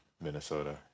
Minnesota